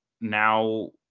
now